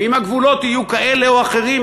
ואם הגבולות יהיו כאלה או אחרים,